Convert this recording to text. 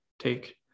take